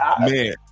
man